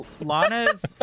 Lana's